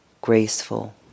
graceful